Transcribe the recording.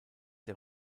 der